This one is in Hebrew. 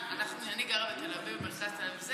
אני גרה בתל אביב, במרכז תל אביב.